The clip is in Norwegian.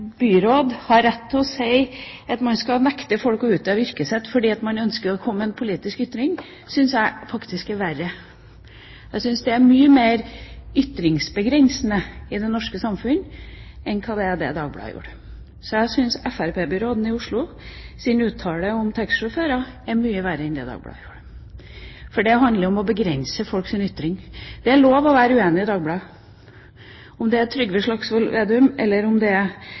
byråd har rett til å si at han skal nekte folk å utøve yrket sitt fordi man ønsker å komme med en politisk ytring, syns jeg faktisk er verre. Jeg syns det er mye mer ytringsbegrensende for det norske samfunn enn det Dagbladet gjorde. Jeg syns det fremskrittspartibyråden i Oslo gjør med sin uttalelse om taxisjåfører, er mye verre enn det Dagbladet gjorde, for det handler om å begrense folks ytring. Det er lov til å være uenig med Dagbladet. Om det er Trygve Slagsvold Vedum eller om det er